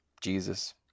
Jesus